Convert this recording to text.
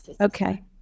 Okay